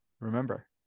remember